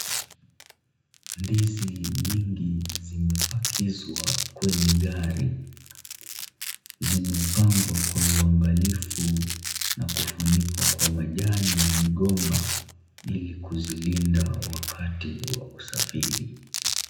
Ndizi nyingi zimepakizwa kwenye gari. Zimepangwa kwa uangalifu na kufunikwa kwa majani ya migomba ili kuzilinda wakati wa usafiri.